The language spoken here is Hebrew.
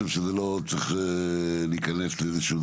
אני חושב שלא צריך להיכנס לפינות,